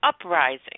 uprising